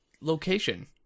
location